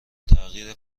تغییر